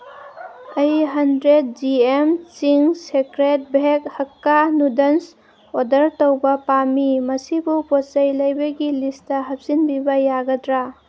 ꯑꯩ hundred G M Ching secret veg hakka noodles order ꯇꯧꯕ ꯄꯥꯝꯃꯤ ꯃꯁꯤꯕꯨ ꯄꯣꯠ ꯆꯩ ꯂꯩꯕꯒꯤ ꯂꯤꯁꯇ ꯍꯥꯞꯆꯤꯟꯕꯤꯕ ꯌꯥꯒꯗ꯭ꯔꯥ